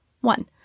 One